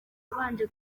abanje